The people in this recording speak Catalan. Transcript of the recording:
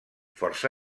força